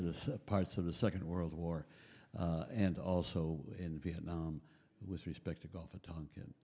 to the parts of the second world war and also in vietnam with respect to gulf of tonkin